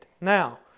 Now